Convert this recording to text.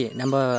number